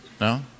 No